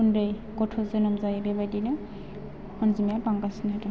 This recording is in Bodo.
उन्दै गथ' जोनोम जायो बेबायदिनो अन्जिमाया बांगासिनो दं